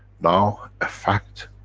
now a fact,